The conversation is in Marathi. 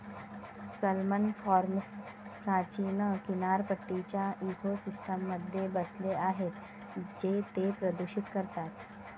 सॅल्मन फार्म्स प्राचीन किनारपट्टीच्या इकोसिस्टममध्ये बसले आहेत जे ते प्रदूषित करतात